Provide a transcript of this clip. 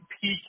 peak